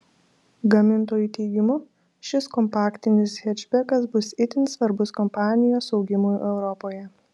gamintojų teigimu šis kompaktinis hečbekas bus itin svarbus kompanijos augimui europoje